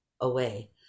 away